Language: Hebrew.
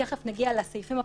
תיכף נגיע לסעיפים הפרטניים,